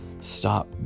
stop